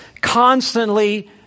constantly